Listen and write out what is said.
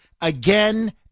again